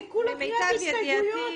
זה כולה קריאת הסתייגויות.